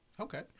Okay